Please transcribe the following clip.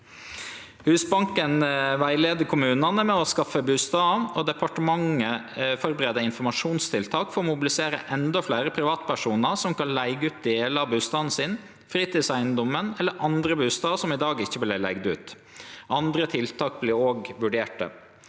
Husbanken rettleier kommunane med å skaffe bustader, og departementet førebur informasjonstiltak for å mobilisere endå fleire privatpersonar som kan leige ut delar av bustaden sin, fritidseigedomen eller andre bustader som i dag ikkje vert leigde ut. Andre tiltak vert òg vurderte.